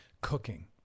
cooking